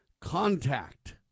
contact